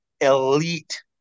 elite